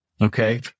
Okay